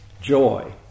joy